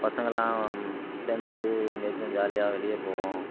பசங்கெல்லாம் சேர்ந்துட்டு எங்கேயாச்சும் ஜாலியா வெளிய போவோம்